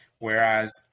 whereas